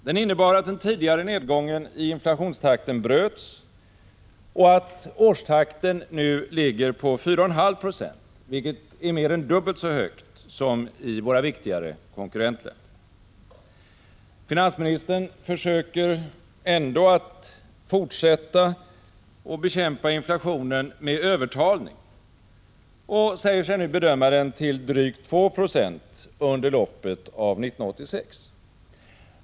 Den innebar att den tidigare nedgången i inflationstakten bröts och att årstakten nu ligger på 4,5 9c, vilket är mer än dubbelt så högt som i våra viktigare konkurrentländer. Finansministern fortsätter ändå att försöka bekämpa inflationen med övertalning och säger sig nu bedöma den till drygt 2 26 under loppet av 1986.